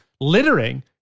littering